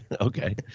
Okay